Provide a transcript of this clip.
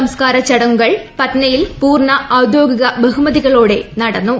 സംസ്കാര ചടങ്ങുകൾ പട്നയിൽ പൂർണ ഔദ്യോഗിക ബഹുമതികളോടെ നടന്നു